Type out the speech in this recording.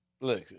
look